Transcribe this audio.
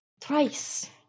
Twice